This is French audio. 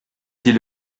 dit